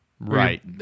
Right